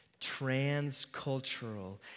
transcultural